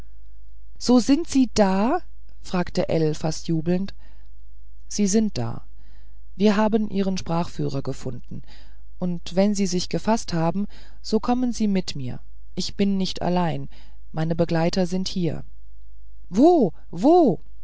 so sind sie da fragte ell fast jubelnd sie sind da wir haben ihren sprachführer gefunden und wenn sie sich gefaßt haben so kommen sie mit mir ich bin nicht allein meine begleiter sind hier wo wo